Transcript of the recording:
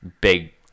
big